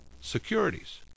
securities